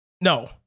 No